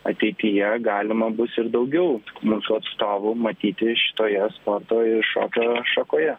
ateityje galima bus ir daugiau mūsų atstovų matyti šitoje sporto ir šokio šakoje